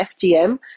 FGM